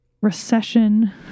recession